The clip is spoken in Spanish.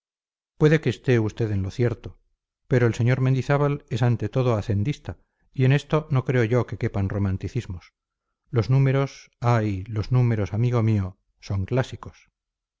puede que esté usted en lo cierto pero el sr mendizábal es ante todo hacendista y en esto no creo yo que quepan romanticismos los números ay los números amigo mío son clásicos